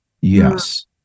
yes